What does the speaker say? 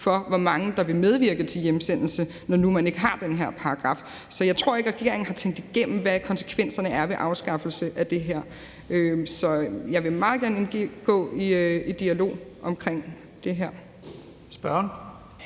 for, hvor mange der vil medvirke til hjemsendelse, når nu man ikke har den her paragraf. Så jeg tror ikke, regeringen har tænkt igennem, hvad konsekvenserne er ved afskaffelse af det her. Så jeg vil meget gerne indgå i en dialog omkring det her. Kl.